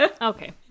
okay